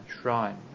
shrine